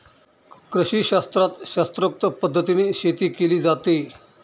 कृषीशास्त्रात शास्त्रोक्त पद्धतीने शेती केली जाते